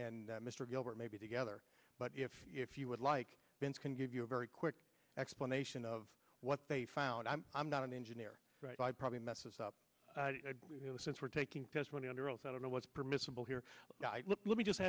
and that mr gilbert maybe together but if if you would like vince can give you a very quick explanation of what they found i'm i'm not an engineer right i probably messes up you know since we're taking testimony under oath i don't know what's permissible here let me just